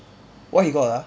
what he got ah